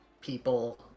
people